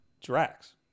Drax